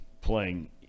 playing